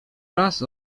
raz